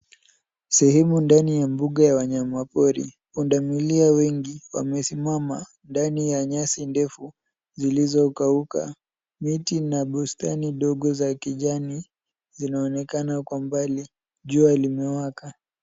Sehemu ndani ya mbunga la wanyamapori. Pundamilia wengi wamesimama ndani ya nyasi ndefu zilizokauka. Miti na bustani ndogo za kijani zinaonekana kwa mbali. Jua limewaka.